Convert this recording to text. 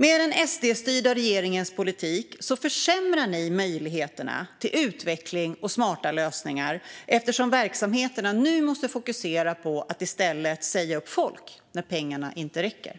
Med den SD-styrda regeringens politik försämrar ni möjligheterna till utveckling och smarta lösningar eftersom verksamheterna nu måste fokusera på att i stället säga upp folk när pengarna inte räcker. Fru